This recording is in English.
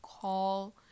call